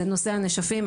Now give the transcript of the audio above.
זה נושא הנשפים,